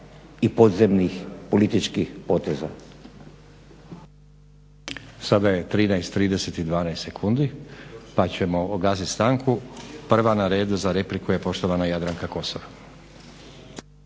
i podzemnih političkih poteza.